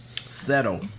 Settle